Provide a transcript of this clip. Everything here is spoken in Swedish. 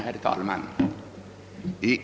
Herr talman!